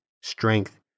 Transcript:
strength